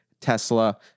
Tesla